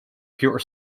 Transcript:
computer